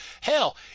Hell